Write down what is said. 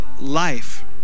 life